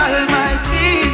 Almighty